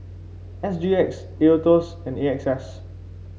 S G X Aetos and A X S